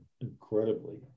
incredibly